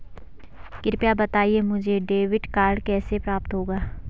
कृपया बताएँ मुझे डेबिट कार्ड कैसे प्राप्त होगा?